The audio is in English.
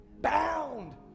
bound